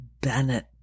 Bennett